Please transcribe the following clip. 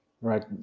right